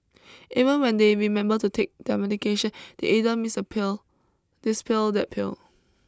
even when they remember to take their medication they either miss a pill this pill that pill